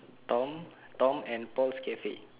tom tom and paul cafe